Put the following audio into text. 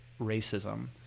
racism